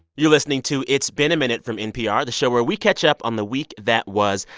you're listening to it's been a minute from npr, the show where we catch up on the week that was.